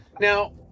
Now